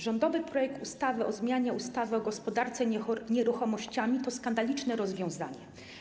Rządowy projekt ustawy o zmianie ustawy o gospodarce nieruchomościami to skandaliczne rozwiązanie.